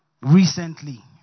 recently